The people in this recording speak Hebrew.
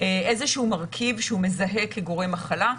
איזשהו מרכיב שהוא מזהה כגורם מחלה,